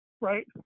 Right